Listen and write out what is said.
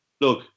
look